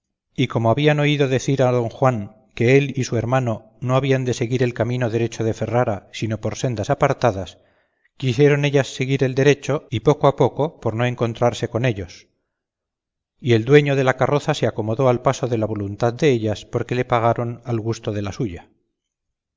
y como habían oído decir a don juan que él y su hermano no habían de seguir el camino derecho de ferrara sino por sendas apartadas quisieron ellas seguir el derecho y poco a poco por no encontrarse con ellos y el dueño de la carroza se acomodó al paso de la voluntad de ellas porque le pagaron al gusto de la suya